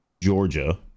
Georgia